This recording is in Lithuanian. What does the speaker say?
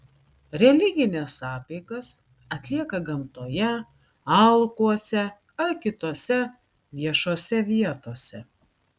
religines apeigas atlieka gamtoje alkuose ar kitose viešose vietose